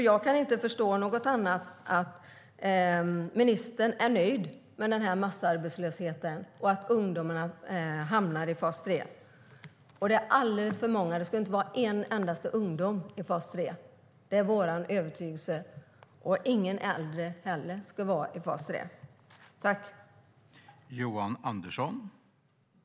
Jag kan inte förstå annat än att ministern är nöjd med massarbetslösheten och att ungdomarna hamnar i fas 3. Det är alldeles för många; det inte skulle vara en endaste ungdom i fas 3. Det är vår övertygelse. Och ingen äldre ska vara i fas 3 heller.